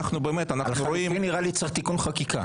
על חלופי, נראה לי שצריך תיקון חקיקה.